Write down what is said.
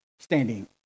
standing